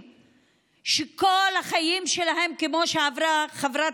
וממש כמו ביבי,